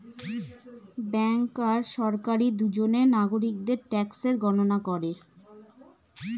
bank আর সরকারি দুজনে নাগরিকদের ট্যাক্সের গণনা করে